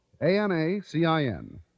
A-N-A-C-I-N